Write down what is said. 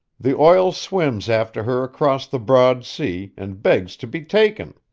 the oil swims after her across the broad sea, and begs to be taken.